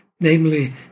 namely